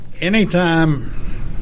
anytime